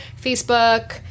Facebook